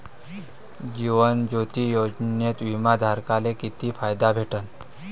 जीवन ज्योती योजनेत बिमा धारकाले किती फायदा भेटन?